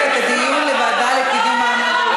להעביר את הדיון לוועדה לקידום מעמד האישה?